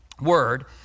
word